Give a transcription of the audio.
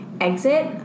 exit